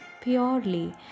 purely